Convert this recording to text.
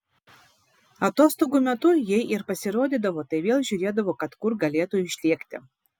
atostogų metu jei ir pasirodydavo tai vėl žiūrėdavo kad kur galėtų išlėkti